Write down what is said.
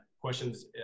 questions